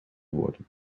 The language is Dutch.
worden